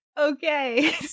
Okay